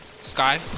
Sky